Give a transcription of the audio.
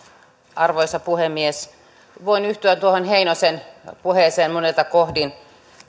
arvoisa puhemies voin yhtyä tuohon heinosen puheeseen monelta kohdin